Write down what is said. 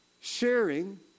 sharing